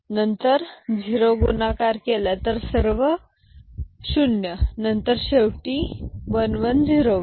नंतर 0 गुणाकार केला तर सर्व 0 नंतर शेवटी 1 1 0 1